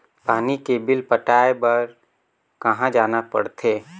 पानी के बिल पटाय बार कहा जाना पड़थे?